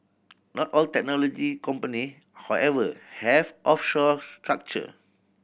not all technology company however have offshore structure